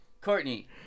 Courtney